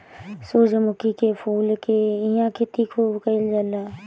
सूरजमुखी के फूल के इहां खेती खूब कईल जाला